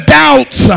doubts